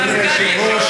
אתה יכול להשיב.